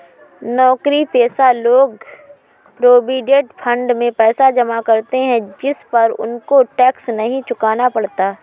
नौकरीपेशा लोग provident fund में पैसा जमा करते है जिस पर उनको टैक्स नहीं चुकाना पड़ता